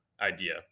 idea